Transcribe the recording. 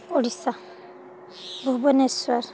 Odisha Bhubaneswar